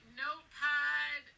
notepad